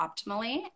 optimally